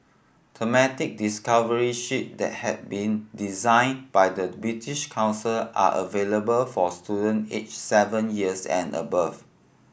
thematic discovery sheets that have been designed by the British Council are available for student aged seven years and above